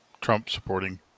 Trump-supporting